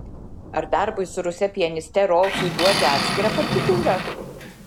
ar darbui su ruse pianiste rolfui duoti atskirą partitūrą